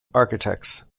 architects